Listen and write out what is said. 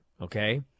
okay